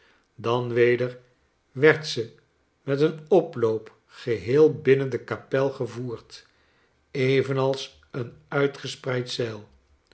dan weder werd ze met een oploop geheel binnen de kapel gevoerd evenals een